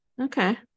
okay